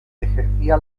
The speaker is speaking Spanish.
ejercía